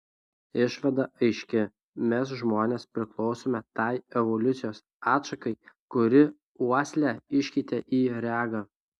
išvada aiški mes žmonės priklausome tai evoliucijos atšakai kuri uoslę iškeitė į regą